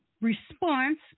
response